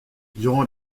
durant